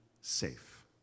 safe